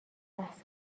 بحث